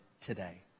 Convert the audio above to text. today